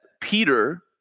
Peter